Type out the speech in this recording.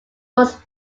was